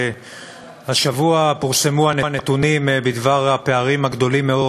השבוע פורסמו הנתונים בדבר הפערים הגדולים מאוד